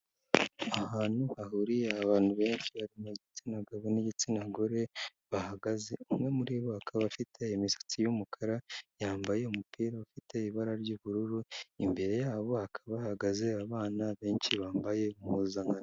Ahantu hahuriye abantu benshi bari mu gitsina gabo n’igitsina gore bahagaze umwe muribo aka afite imisatsi y'umukara yambaye umupira ufite ibara ry'ubururu imbere yabo hakaba hahagaze abana benshi bambaye impuzankano.